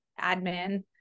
admin